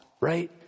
right